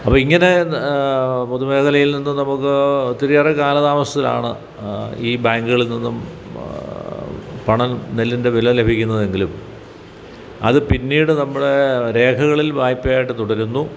അപ്പം ഇങ്ങനെ പൊതുമേഖലയിൽ നിന്ന് നമുക്ക് ഒത്തിരിയേറെ കാല താമസത്തിലാണ് ഈ ബാങ്കുകളിൽ നിന്നും പണം നെല്ലിൻ്റെ വില ലഭിക്കുന്നതെങ്കിലും അതു പിന്നീട് നമ്മുടെ രേഖകളിൽ വായ്പയായിട്ടു തുടരുന്നു